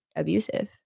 abusive